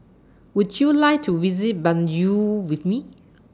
Would YOU like to visit Banjul with Me